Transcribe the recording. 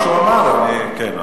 מה שהוא אמר, כן.